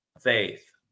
faith